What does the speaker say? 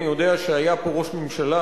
אני יודע שהיה פה ראש ממשלה,